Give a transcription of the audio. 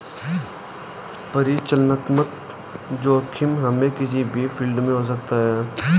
परिचालनात्मक जोखिम हमे किसी भी फील्ड में हो सकता है